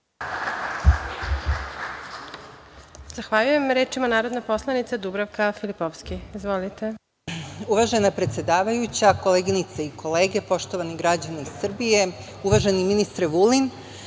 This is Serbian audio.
Zahvaljujem. Reč ima narodna poslanica Dubravka Filipovski. **Dubravka Filipovski** Uvažena predsedavajuća, koleginice i kolege, poštovani građani Srbije, uvaženi ministre Vulin,